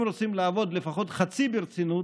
אם רוצים לעבוד לפחות חצי ברצינות,